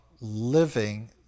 living